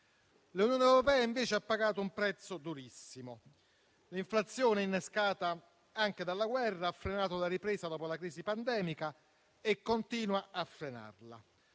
L'Unione europea, invece, ha pagato un prezzo durissimo. L'inflazione, innescata anche dalla guerra, ha frenato la ripresa dopo la crisi pandemica e continua a frenarla.